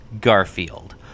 Garfield